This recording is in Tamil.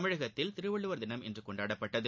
தமிழகத்தில் திருவள்ளுவர் தினம் இன்று கொண்டாடப்பட்டது